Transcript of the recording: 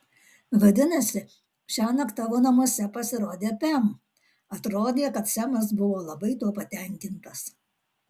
vadinasi šiąnakt tavo namuose pasirodė pem atrodė kad semas buvo labai tuo patenkintas